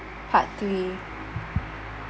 part three